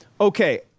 Okay